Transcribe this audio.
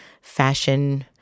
fashion